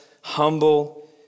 humble